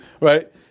right